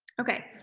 okay,